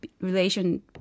relation